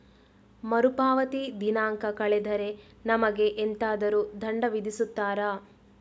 ಮರುಪಾವತಿ ದಿನಾಂಕ ಕಳೆದರೆ ನಮಗೆ ಎಂತಾದರು ದಂಡ ವಿಧಿಸುತ್ತಾರ?